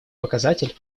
показатель